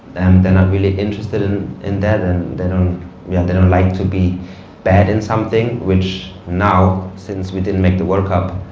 they're not really interested in in that, and they don't, yeah, they don't like to be bad in something, which now, since we didn't make the work up,